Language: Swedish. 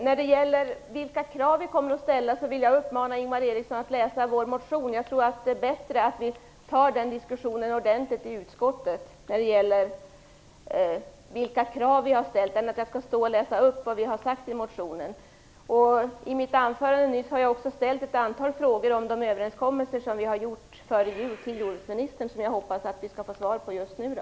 När det gäller vilka krav Vänsterpartiet kommer att ställa vill jag uppmana Ingvar Eriksson att läsa vår motion. Jag tror att det är bättre att vi tar den diskussionen ordentligt i utskottet än att jag står och läser upp vad vi har sagt i motionen. I mitt anförande har jag också ställt ett antal frågor till jordbruksministern om de överenskommelser som vi har träffat före jul som jag hoppas att vi nu skall få svar på.